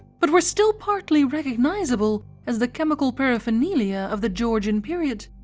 but were still partly recognisable as the chemical paraphernalia of the georgian period.